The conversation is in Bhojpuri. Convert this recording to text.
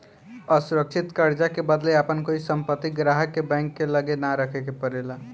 असुरक्षित कर्जा के बदले आपन कोई संपत्ति ग्राहक के बैंक के लगे ना रखे के परेला